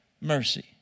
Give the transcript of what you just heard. mercy